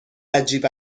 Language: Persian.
عجیب